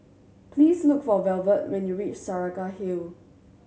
please look for Velvet when you reach Saraca Hill